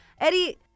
Eddie